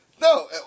No